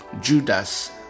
Judas